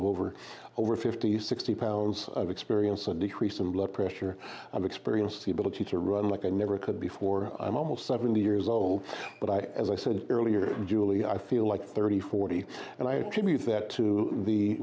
over over fifty sixty pounds of experience a decrease in blood pressure i'm experienced the ability to run like i never could before i'm almost seventy years old but i as i said earlier julie i feel like thirty forty and i attribute that to the